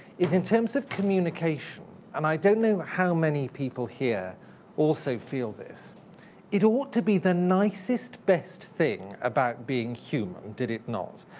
is in terms of communication and i don't know how many people here also feel this it ought to be the nicest, best thing about being human, did it not.